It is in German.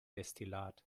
destillat